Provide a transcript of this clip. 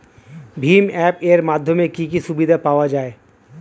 ভিম app এর মাধ্যমে কি কি সুবিধা পাওয়া যায়?